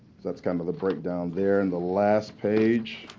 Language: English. that's kind of the breakdown there. and the last page,